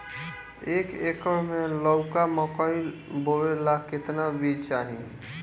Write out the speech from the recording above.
एक एकर मे लौका मकई बोवे ला कितना बिज लागी?